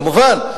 כמובן,